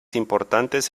importantes